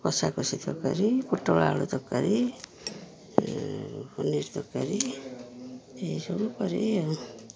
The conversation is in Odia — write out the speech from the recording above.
କଷାକଷି ତରକାରୀ ପୋଟଳ ଆଳୁ ତରକାରୀ ପନିର ତରକାରୀ ଏଇସବୁ ପରେ ଆଉ